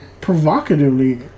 provocatively